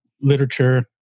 literature